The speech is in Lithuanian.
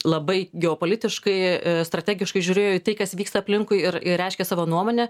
labai geopolitiškai strategiškai žiūrėjo į tai kas vyksta aplinkui ir ir reiškė savo nuomonę